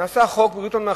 נחקק חוק ביטוח בריאות ממלכתי,